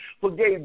forgave